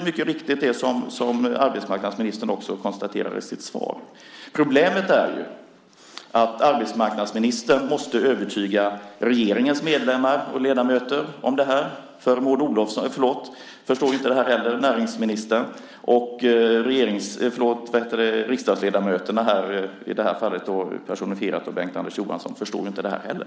Det som arbetsmarknadsministern också konstaterar i sitt svar är naturligtvis mycket riktigt. Problemet är att arbetsmarknadsministern måste övertyga regeringens medlemmar och ledamöterna om det här. Näringsminister Maud Olofsson förstår ju inte heller det här. Och riksdagsledamöterna, i det här fallet personifierade av Bengt-Anders Johansson, förstår det inte heller.